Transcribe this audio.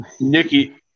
Nikki